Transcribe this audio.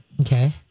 Okay